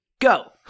go